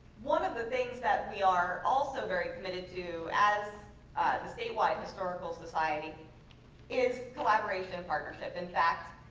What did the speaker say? one of the things that we are also very committed to as the state-wide historical society is collaboration and partnership. in fact,